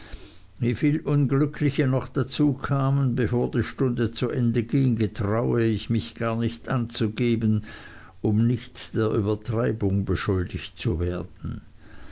wieviel unglückliche noch dazu kamen bevor die stunde zu ende ging getraue ich mich gar nicht anzugeben um nicht der übertreibung beschuldigt zu werden